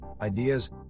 ideas